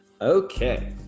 Okay